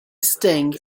sting